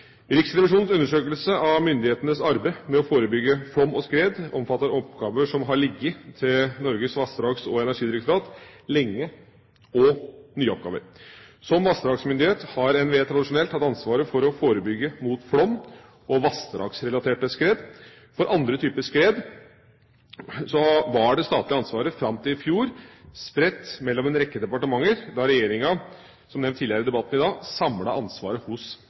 Riksrevisjonens undersøkelse av myndighetenes arbeid med å forebygge flom og skred omfatter oppgaver som har ligget til Norges vassdrags- og energidirektorat lenge, og nye oppgaver. Som vassdragsmyndighet har NVE tradisjonelt hatt ansvaret for å forebygge mot flom og vassdragsrelaterte skred. For andre typer skred var det statlige ansvaret fram til i fjor spredt på en rekke departementer, da regjeringa – som nevnt tidligere i debatten i dag – samlet ansvaret hos